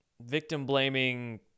victim-blaming